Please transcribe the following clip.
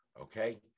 Okay